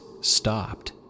stopped